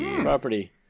property